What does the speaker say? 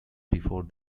before